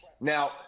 Now